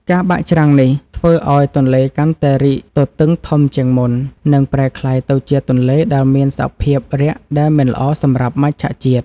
ការបាក់ច្រាំងនេះធ្វើឱ្យទន្លេកាន់តែរីកទទឹងធំជាងមុន និង ប្រែក្លាយទៅជាទន្លេដែលមានសភាពរាក់ដែលមិនល្អសម្រាប់មច្ឆជាតិ។